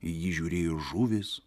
į jį žiūrėjo žuvys